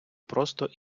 просто